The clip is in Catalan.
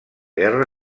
guerra